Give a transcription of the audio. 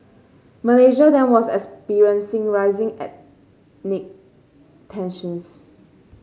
Malaysia then was experiencing rising ethnic tensions